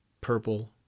Purple